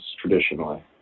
traditionally